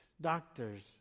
Doctors